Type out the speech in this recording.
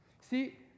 See